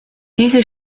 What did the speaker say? diese